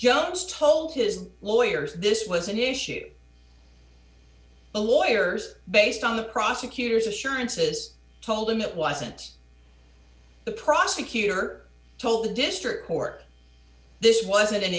jones told his lawyers this was an issue a lawyer based on the prosecutor's assurances told him it wasn't the prosecutor told the district court this wasn't an